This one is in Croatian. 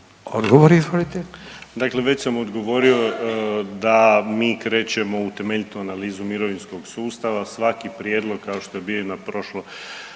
Odgovor, izvolite.